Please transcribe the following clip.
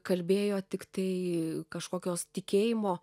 kalbėjo tiktai kažkokios tikėjimo